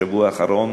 בשבוע האחרון,